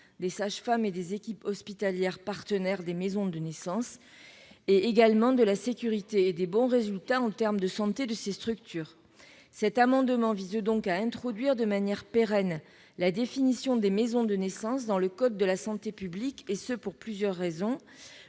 des sages-femmes et des équipes hospitalières partenaires des maisons de naissance, mais également de la sécurité et des bons résultats en termes de santé de ces structures. Cet amendement vise donc à introduire, de manière pérenne, la définition des maisons de naissance dans le code de la santé publique, et ce pour plusieurs raisons.